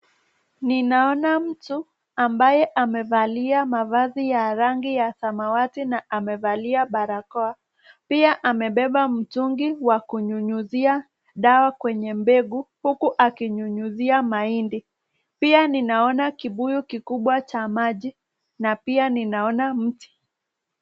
Ninaona mtu ambaye amevalia mavazi ya rangi ya samawati na amevaa barakoa. Pia amebeba mtungi wa kunyunyizia dawa kwenye mbegu huku akinyunyizia mahindi. Pia ninaona kibuyu kikubwa cha maji na pia ninaona mti.